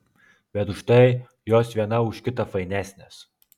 bet už tai jos viena už kitą fainesnės